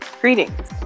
Greetings